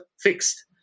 fixed